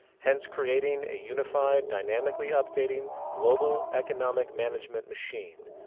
hence creating a unified, dynamically updating, global economic management machine,